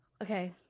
Okay